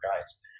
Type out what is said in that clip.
guys